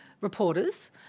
reporters